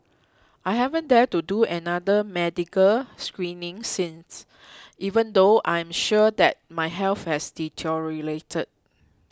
I haven't dared to do another medical screening since even though I am sure that my health has deteriorated